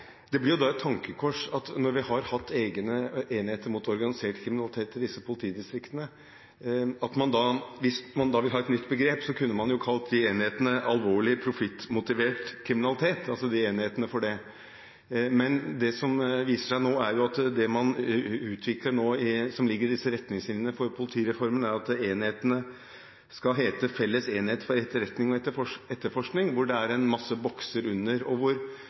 Det blir da et tankekors når vi har hatt egne enheter mot organisert kriminalitet i disse politidistriktene. Hvis man vil ha et nytt begrep, kunne man kalt det Enhet for alvorlig, profittmotivert kriminalitet. Det som viser seg, er at det man utvikler nå, og som ligger i retningslinjene for politireformen, er at enhetene skal hete Felles enhet for etterretning og etterforskning, hvor det er en masse bokser under, og hvor